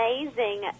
amazing